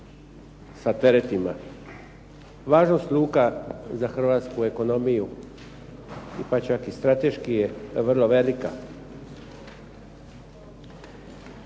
sa teretima. Važnost luka za hrvatsku ekonomiju pa čak i strateški je vrlo velika.